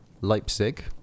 Leipzig